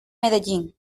medellín